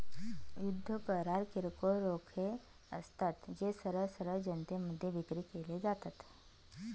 युद्ध करार किरकोळ रोखे असतात, जे सरळ सरळ जनतेमध्ये विक्री केले जातात